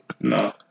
No